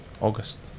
august